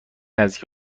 نزدیک